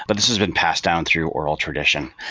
but this has been passed down through oral tradition.